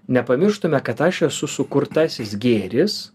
nepamirštume kad aš esu sukurtasis gėris